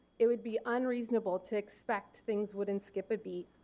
it would be unreasonable to expect things wouldn't skip a beat,